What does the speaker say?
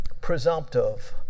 presumptive